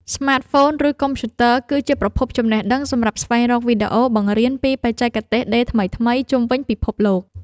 ស្មាតហ្វូន ឬកុំព្យូទ័រ គឺជាប្រភពចំណេះដឹងសម្រាប់ស្វែងរកវីដេអូបង្រៀនពីបច្ចេកទេសដេរថ្មីៗជុំវិញពិភពលោក។